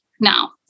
now